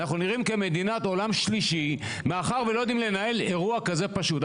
אנחנו נראים כמדינת עולם שלישי מאחר ולא יודעים לנהל אירוע כזה פשוט.